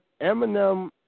Eminem